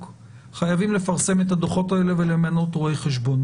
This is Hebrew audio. חייבים לפרסם את הדוחות האלה ולמנות רואה חשבון.